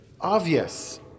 obvious